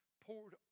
poured